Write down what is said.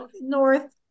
north